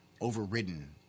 overridden